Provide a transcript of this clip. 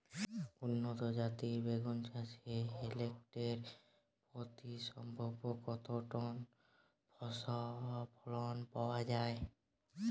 উন্নত জাতের বেগুন চাষে হেক্টর প্রতি সম্ভাব্য কত টন ফলন পাওয়া যায়?